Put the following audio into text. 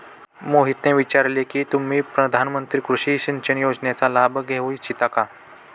मोहितने विचारले की तुम्ही प्रधानमंत्री कृषि सिंचन योजनेचा लाभ घेऊ इच्छिता का?